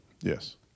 yes